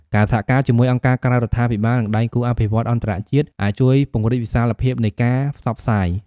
ការសហការជាមួយអង្គការក្រៅរដ្ឋាភិបាល និងដៃគូអភិវឌ្ឍន៍អន្តរជាតិ អាចជួយពង្រីកវិសាលភាពនៃការផ្សព្វផ្សាយ។